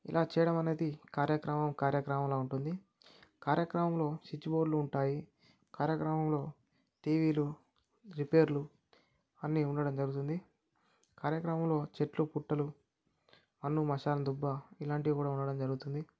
ఇలా చేయడం అనేది కార్యక్రమం కార్యక్రమంలా ఉంటుంది కార్యక్రమంలో స్విచ్ బోర్డ్లు ఉంటాయి కార్యక్రమంలో టీవీలు రిపేర్లు అన్ని ఉండడం జరుగుతుంది కార్యక్రమంలో చెట్లు పుట్టలు మందు మశానం దుబ్బ ఇలాంటివి కూడా ఉండడం జరుగుతుంది